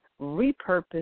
repurpose